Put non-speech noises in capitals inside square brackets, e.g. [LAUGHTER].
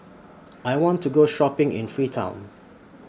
[NOISE] I want to Go Shopping in Freetown